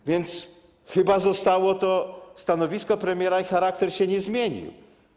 A więc chyba zostało stanowisko premiera i charakter się nie zmienił.